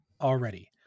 already